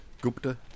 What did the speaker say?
Gupta